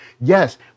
Yes